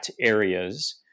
areas